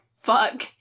fuck